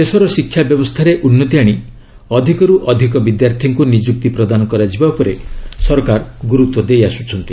ଦେଶର ଶିକ୍ଷା ବ୍ୟବସ୍ଥାରେ ଉନ୍ନତି ଆଶି ଅଧିକରୁ ଅଧିକ ବିଦ୍ୟାର୍ଥୀଙ୍କୁ ନିଯୁକ୍ତି ପ୍ରଦାନ କରାଯିବା ଉପରେ ସରକାର ଗୁରୁତ୍ୱ ଦେଇଆସୁଛନ୍ତି